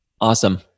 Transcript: Awesome